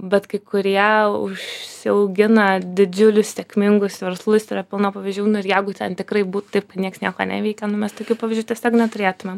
bet kai kurie užsiaugina didžiulius sėkmingus verslus yra pilna pavyzdžių ir jeigu ten tikrai būtų taip kad niekas nieko neveikia nu mes tokių pavyzdžių tiesiog neturėtumėm